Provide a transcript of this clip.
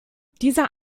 dieser